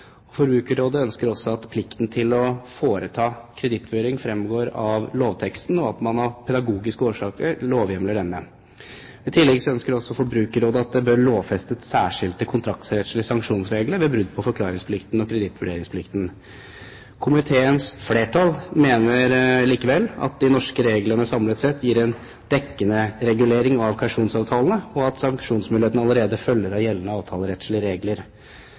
Forbrukerrådet ønsker også at plikten til å foreta kredittvurdering fremgår av lovteksten, og at man av pedagogiske årsaker lovhjemler denne. I tillegg ønsker også Forbrukerrådet at det lovfestes særskilte kontraktsrettslige sanksjonsregler ved brudd på forklaringsplikten og kredittvurderingsplikten. Komiteens flertall mener likevel at de norske reglene samlet sett gir en dekkende regulering av kausjonsavtalene, og at sanksjonsmulighetene allerede følger av gjeldende avtalerettslige regler.